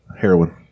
Heroin